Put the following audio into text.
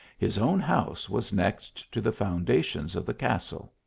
his own house was next to the founda tions of the castle.